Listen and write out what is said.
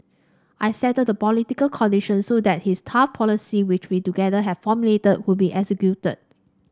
I settled the political conditions so that his tough policy which we together had formulated could be executed